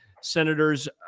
senators